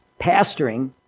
Pastoring